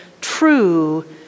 true